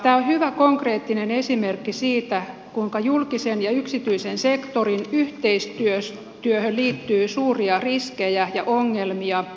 tämä on hyvä konkreettinen esimerkki siitä kuinka julkisen ja yksityisen sektorin yhteistyöhön liittyy suuria riskejä ja ongelmia